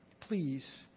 Please